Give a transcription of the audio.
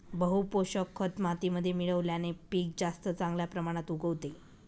बहू पोषक खत मातीमध्ये मिळवल्याने पीक जास्त चांगल्या प्रमाणात उगवते